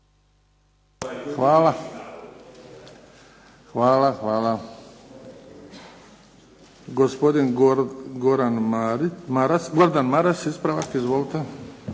Luka (HDZ)** Hvala. Gospodin Gordan Maras ispravak izvolite.